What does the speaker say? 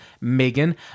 Megan